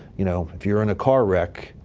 you know, if you're in a car wreck,